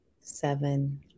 seven